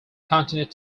continued